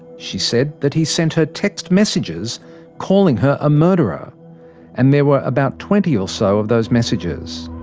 she said that he sent her text messages calling her a murderer and there were about twenty or so of those messages.